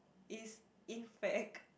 is in fact